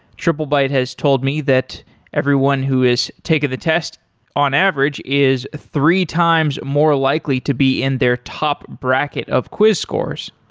triplebyte has told me that everyone who has taken the test on average is three times more likely to be in their top bracket of quiz course.